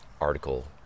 article